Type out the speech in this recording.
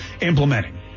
implementing